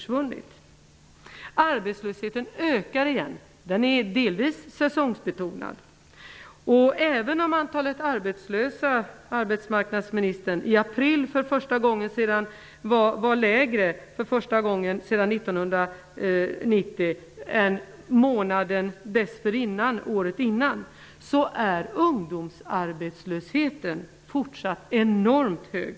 Sedan Arbetslösheten, som delvis är säsongsbetonad, ökar igen. Även om antalet arbetslösa i april för första gången sedan april 1990 var mindre än motsvarande månad året innan, arbetsmarknadsministern, är ungdomsarbetslösheten fortsatt enormt hög.